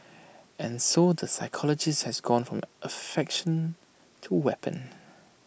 and so the psychologist has gone from affectation to weapon